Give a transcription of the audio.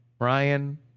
Ryan